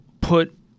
put